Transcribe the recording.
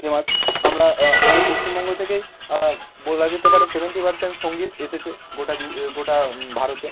famous আমরা আমাদের পশ্চিমবঙ্গ থেকেই বলা যেতে পারে সেভেন্টি পার্সেন্ট সংগীত এসেছে গোটা বি গোটা ভারতে